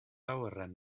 awyren